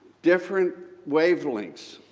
different wavelengths,